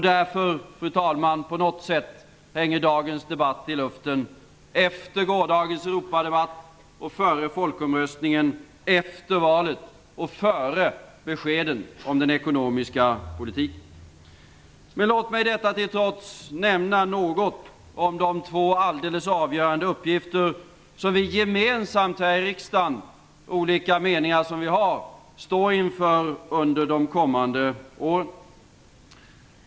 Därför, fru talman, hänger dagens debatt på något sätt i luften efter gårdagens Europadebatt och före folkomröstningen liksom efter valet och före beskeden om den ekonomiska politiken. Men låt mig detta till trots nämna något om de två alldeles avgörande uppgifter som vi här i riksdagen, med de olika meningar som vi har, gemensamt står inför under de kommande åren.